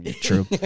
true